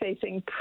facing